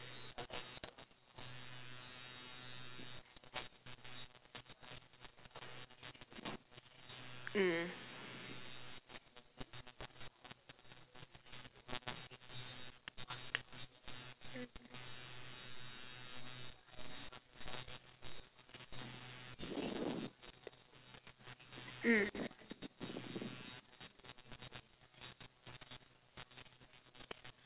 mm mm